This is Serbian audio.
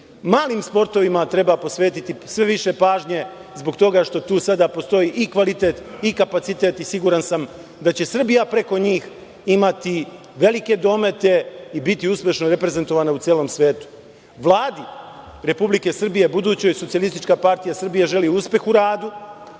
Malim sportovima treba posvetiti sve više pažnje, zbog toga što tu sada postoji i kvalitet i kapacitet, i siguran sam da će Srbija preko njih imati velike domete i biti uspešno reprezentovana u celom svetu. Budućoj Vladi Republike Srbije SPS želi uspeh u radu,